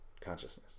consciousness